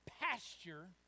pasture